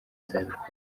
nzabikora